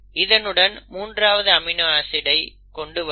இதனுடன் மூன்றாவது அமினோ ஆசிடை கொண்டுவரும்